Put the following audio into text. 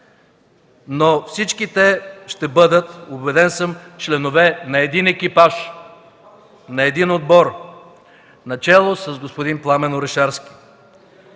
че всички те ще бъдат членове на един екипаж, на един отбор, начело с господин Пламен Орешарски.